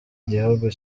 gihugu